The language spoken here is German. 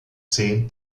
zehn